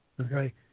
okay